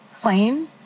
plain